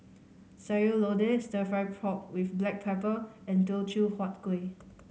Sayur Lodeh Stir Fry pork with black pepper and Teochew Huat Kueh